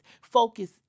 focus